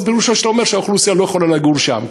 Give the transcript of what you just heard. אז פירושו אמירה שהאוכלוסייה לא יכולה לגור שם.